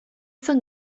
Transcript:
zen